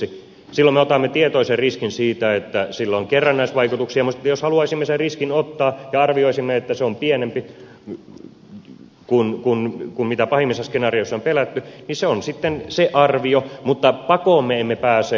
silloin me otamme tietoisen riskin siitä että sillä on kerrannaisvaikutuksia mutta jos haluaisimme sen riskin ottaa ja arvioisimme että se on pienempi kuin mitä pahimmissa skenaarioissa on pelätty niin se on sitten se arvio mutta pakoon me emme pääse vastuita